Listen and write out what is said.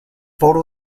photo